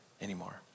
anymore